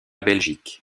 belgique